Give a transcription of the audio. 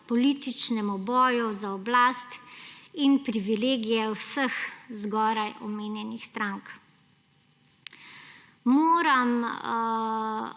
političnemu boju za oblast in privilegije vseh zgoraj omenjenih strank. Moram